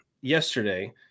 yesterday